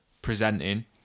Presenting